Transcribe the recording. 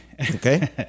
Okay